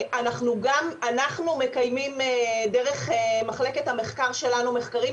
אנחנו מקיימים דרך מחלקת המחקר שלנו מחקרים,